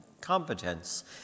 competence